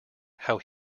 how